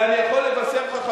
ואני יכול לבשר לך,